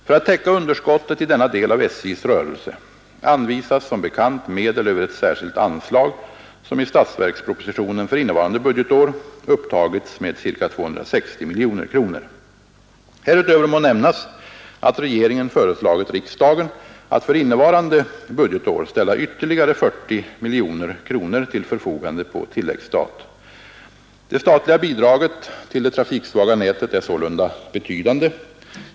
För att täcka underskottet i denna del av SJ:s rörelse anvisas som bekant medel över ett särskilt anslag, som i statsverkspropositionen för innevarande budgetår upptagits med ca 260 miljoner kronor. Härutöver må nämnas att regeringen föreslagit riksdagen att för innevarande budgetår ställa ytterligare 40 miljoner kronor till förfogande på tilläggsstat. Det statliga bidraget till det trafiksvaga nätet är sålunda betydande.